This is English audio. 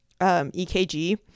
EKG